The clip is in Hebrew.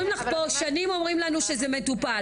שנים אומרים לנו שזה מטופל.